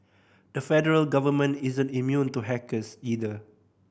the federal government isn't immune to hackers either